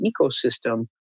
ecosystem